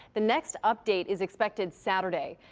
the next update is expected saturday.